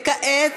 כעת,